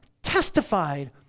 testified